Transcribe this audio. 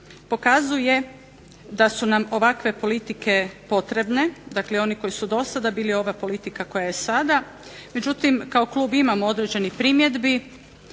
pokazuje da su nam ovakve politike potrebne, dakle i oni koji su do sada bili ova politika koja je sada. Međutim, kao klub imamo određenih primjedbi.